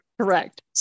Correct